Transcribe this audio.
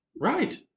Right